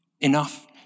enough